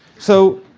so